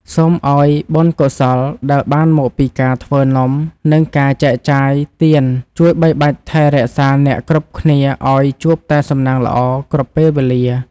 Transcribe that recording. សូមឱ្យបុណ្យកុសលដែលបានមកពីការធ្វើនំនិងការចែកចាយទានជួយបីបាច់ថែរក្សាអ្នកគ្រប់គ្នាឱ្យជួបតែសំណាងល្អគ្រប់ពេលវេលា។